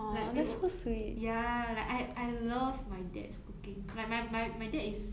like we al~ ya like I I love my dad's cooking my my my my dad is